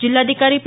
जिल्हाधिकारी पी